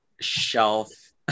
shelf